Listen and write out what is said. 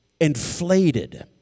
inflated